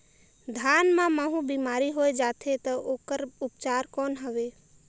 धान मां महू बीमारी होय जाथे तो ओकर उपचार कौन हवे?